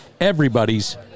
everybody's